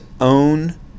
own